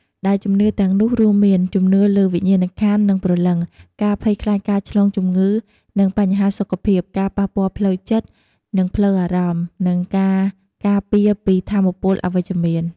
ដែលជំនឿទាំងនោះរួមមាន ជំនឿលើវិញ្ញាណក្ខន្ធ និងព្រលឹង ការភ័យខ្លាចការឆ្លងជំងឺ និងបញ្ហាសុខភាព ការប៉ះពាល់ផ្លូវចិត្ត និងផ្លូវអារម្មណ៍ និងការការពារពីថាមពលអវិជ្ជមាន។